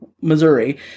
Missouri